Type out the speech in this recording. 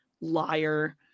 Liar